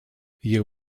you